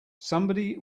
somebody